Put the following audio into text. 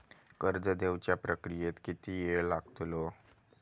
कर्ज देवच्या प्रक्रियेत किती येळ लागतलो?